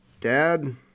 dad